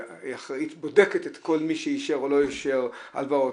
אחראית בודקת את כל מי שאישר או לא אישר הלוואות,